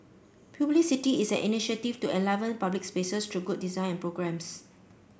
is an initiative to enliven public spaces through good design and programmes